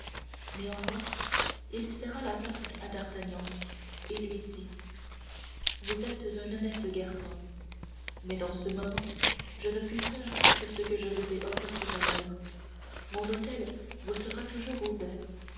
néanmoins il serra la main à d'artagnan et lui dit vous êtes un honnête garçon mais dans ce moment je ne puis faire que ce que je vous ai offert tout à l'heure mon hôtel vous sera toujours ouvert